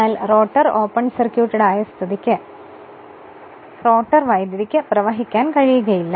എന്നാൽ rotor open circuit ആയതിനാൽ തന്നെ റോട്ടർ വൈദ്യുതിക്ക് പ്രവഹിക്കാൻ കഴിയുകയില്ല